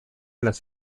las